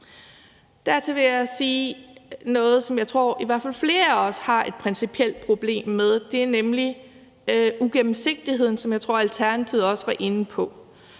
Dertil vil jeg sige noget, som jeg tror at i hvert fald flere af os har et principielt problem med, nemlig uigennemsigtigheden, som jeg tror Alternativet også var inde på.